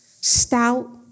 stout